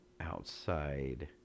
outside